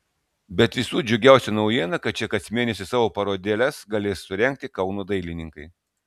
bet visų džiugiausia naujiena kad čia kas mėnesį savo parodėles galės surengti kauno dailininkai